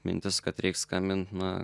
mintis kad reik skambint na